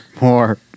more